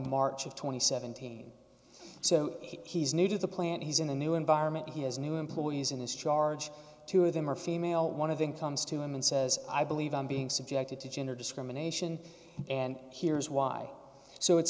and seventeen so he's new to the plant he's in the new environment he has new employees in this charge two of them are female one of them comes to him and says i believe i'm being subjected to gender discrimination and here's why so it's